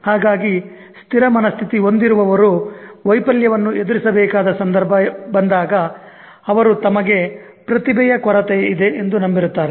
ಹಾಗಾಗಿ ಸ್ಥಿರ ಮನಸ್ಥಿತಿ ಹೊಂದಿರುವವರು ವೈಫಲ್ಯವನ್ನು ಎದುರಿಸಬೇಕಾದ ಸಂದರ್ಭ ಬಂದಾಗ ಅವರು ತಮಗೆ ಪ್ರತಿಭೆಯ ಕೊರತೆ ಇದೆ ಎಂದು ನಂಬಿರುತ್ತಾರೆ